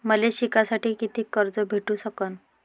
मले शिकासाठी कितीक कर्ज भेटू सकन?